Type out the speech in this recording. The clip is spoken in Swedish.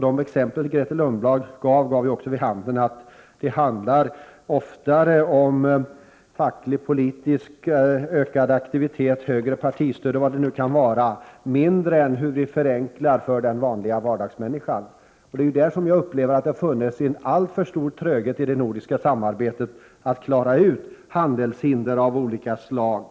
De exempel som Grethe Lundblad gav visade också att det oftare handlar om ökad facklig och politisk aktivitet, högre partistöd eller vad det nu kan vara och mindre om hur vi förenklar situationen för vardagsmänniskan. Det är där jag har upplevt att det funnits en alltför stor tröghet i det nordiska samarbetet, nämligen när det gällt att klara ut problem med handelshinder av olika slag.